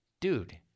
Dude